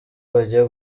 bagiye